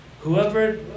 Whoever